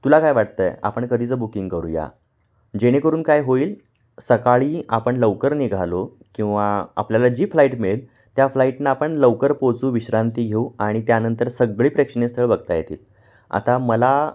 तुला काय वाटतं आहे आपण कधीचं बुकिंग करूया जेणेकरून काय होईल सकाळी आपण लवकर निघालो किंवा आपल्याला जी फ्लाईट मिळेल त्या फ्लाईटनं आपण लवकर पोचू विश्रांती घेऊ आणि त्यानंतर सगळी प्रेक्षणीय स्थळं बघता येतील आता मला